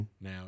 now